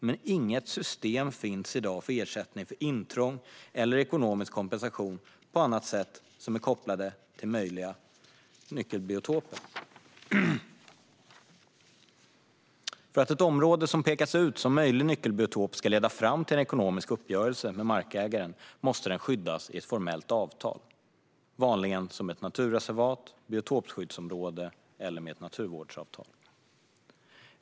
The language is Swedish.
Men inget system finns i dag för ersättning för intrång eller för ekonomisk kompensation på annat sätt som är kopplad till möjliga nyckelbiotoper. För att ett område som pekats ut som möjlig nyckelbiotop ska leda fram till en ekonomisk uppgörelse med markägaren måste det skyddas i ett formellt avtal, vanligen som ett naturreservat eller biotopskyddsområde eller med ett naturvårdsavtal.